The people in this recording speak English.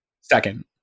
Second